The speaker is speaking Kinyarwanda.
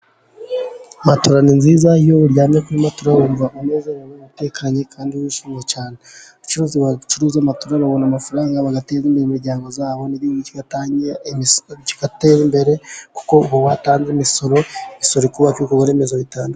Matora ni nziza, iyo uryamye kuri matora wumva utekanye, kandi wishimye cyane. Abacuruzi bacuruza matora babona amafaranga, bagateza imbere imiryango yabo n'igihugu kigatera imbere, kuko uba watanze imisoro, imisoro ikubaka ibikorwa remezo bitandukanye.